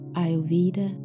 ayurveda